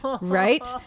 Right